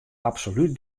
absolút